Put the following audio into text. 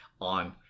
on